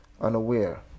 unaware